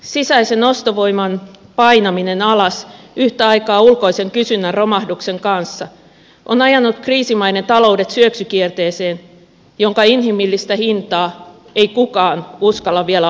sisäisen ostovoiman painaminen alas yhtä aikaa ulkoisen kysynnän romahduksen kanssa on ajanut kriisimaiden taloudet syöksykierteeseen jonka inhimillistä hintaa ei kukaan uskalla vielä arvata